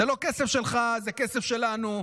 זה לא כסף שלך, זה כסף שלנו.